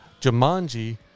Jumanji